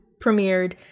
premiered